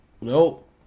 Nope